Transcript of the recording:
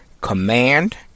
command